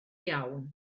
iawn